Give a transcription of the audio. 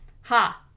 Ha